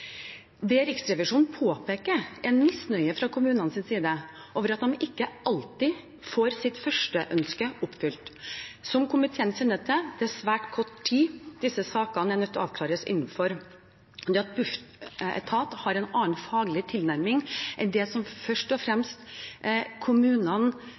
Det Riksrevisjonen påpeker, er en misnøye fra kommunenes side over at de ikke alltid får sitt førsteønske oppfylt. Som komiteen kjenner til, er det innenfor svært kort tid disse sakene er nødt til å avklares. Det at Bufetat har en annen faglig tilnærming enn det som først og fremst kommunene